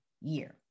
year